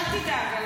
אל תדאג.